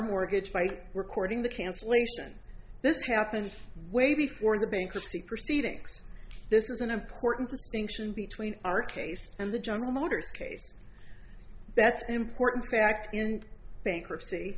mortgage by recording the cancellation this happened way before the bankruptcy proceedings this is an important distinction between our case and the general motors case that's an important fact in bankruptcy